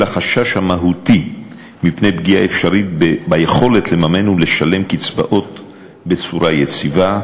החשש המהותי מפני פגיעה אפשרית ביכולת לממן ולשלם קצבאות בצורה יציבה,